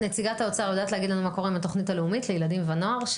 נציגת האוצר יודעת להגיד לנו מה קורה עם התוכנית הלאומית לילדים ונוער?